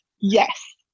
yes